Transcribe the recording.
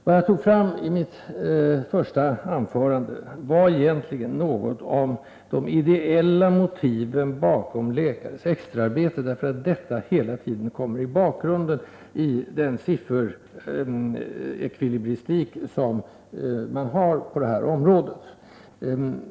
Vad jag tog fram i mitt första anförande var egentligen något om de ideella motiven bakom läkares extraarbete, eftersom dessa hela tiden kommer i bakgrunden på grund av den sifferekvilibristik man tillämpar på det här området.